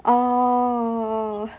oh